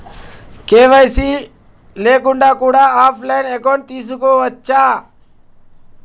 KYC లేకుండా కూడా offline account తీసుకోవచ్చా?